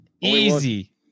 Easy